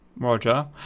Roger